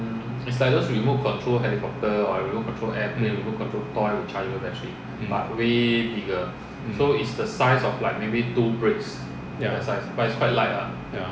mm mm mm ya ya